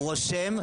הוא רושם,